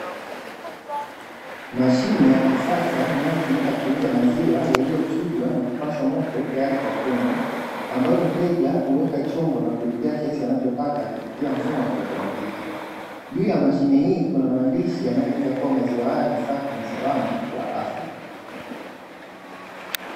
Mashine ya kisasa inayotumika kuuza maziwa yaliyochujwa na kupashwa moto tayari kwa kunywa. Ambayo mteja huweka chombo na kulipia kiasi anachotaka kupitia mfumo wa kiautomatiki. Juu ya mashine hii kuna maandishi yanayoeleza kuwa maziwa haya ni safi na salama kwa afya.